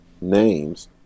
names